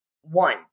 one